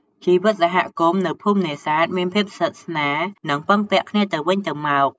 ជីវិតសហគមន៍ នៅភូមិនេសាទមានភាព ស្និទ្ធស្នាល និងពឹងពាក់គ្នាទៅវិញទៅមក។